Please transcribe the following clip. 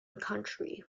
country